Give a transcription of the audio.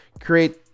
create